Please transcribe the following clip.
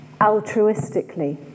altruistically